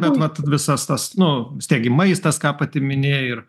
bet vat visas tas nu vis tiek gi maistas ką pati minėjai ir